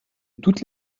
toute